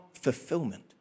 fulfillment